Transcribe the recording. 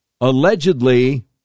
allegedly